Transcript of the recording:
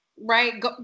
right